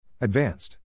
Advanced